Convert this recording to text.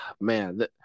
Man